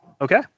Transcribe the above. Okay